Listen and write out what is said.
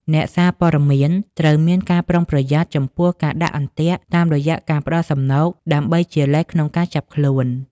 អ្នកសារព័ត៌មានត្រូវមានការប្រុងប្រយ័ត្នចំពោះការ "ដាក់អន្ទាក់" តាមរយៈការផ្តល់សំណូកដើម្បីជាលេសក្នុងការចាប់ខ្លួន។